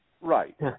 Right